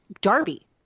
Darby